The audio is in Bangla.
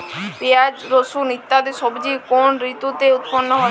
পিঁয়াজ রসুন ইত্যাদি সবজি কোন ঋতুতে উৎপন্ন হয়?